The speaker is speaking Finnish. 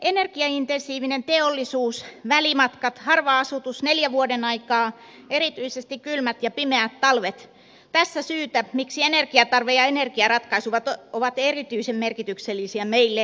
energiaintensiivinen teollisuus välimatkat harva asutus neljä vuodenaikaa erityisesti kylmät ja pimeät talvet tässä syitä miksi energiantarve ja energiaratkaisut ovat erityisen merkityksellisiä meille suomalaisille